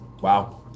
Wow